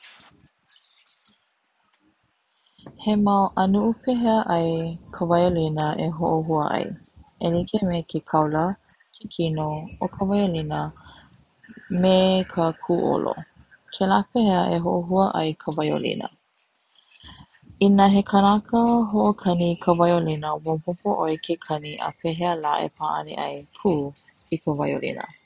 He mau anuʻu pehea ai ka waiolina e hoʻohua ai, e like me ke kaula, ke kino o ka waiolina me ka kuolo kela pehea e hoʻohua ai ka waiolina Ina he kanaka hoʻokani I ka waiolina maopopo ʻoe ke kani a pehea la e paʻani ai pu i ka waiolina.